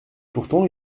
pourtant